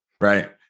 Right